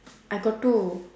I got two